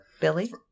Billy